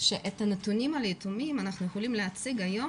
שאת הנתונים על יתומים אנחנו יכולים להציג היום